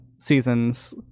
seasons